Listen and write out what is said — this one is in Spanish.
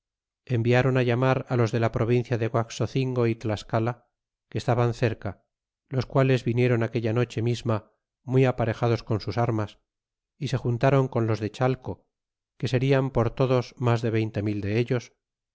enviaron llamar los de la provincia de guaxocingo ó tlascala que estaban cerca los quales vinieron aquella noche misma muy aparejados con sus armas y se juntáron con los de chalco que serian por todos mas de veinte mil de ellos